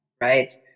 right